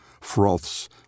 froths